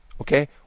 Okay